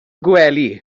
gwely